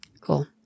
Cool